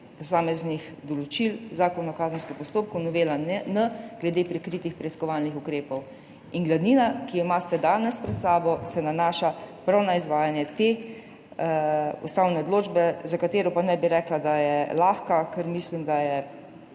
posameznih določil Zakona o kazenskem postopku, novela N, glede prikritih preiskovalnih ukrepov. Glavnina, ki jo imate danes pred sabo, se nanaša prav na izvajanje te ustavne odločbe, za katero pa ne bi rekla, da je lahka, ker mislim, da je